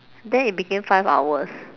then it became five hours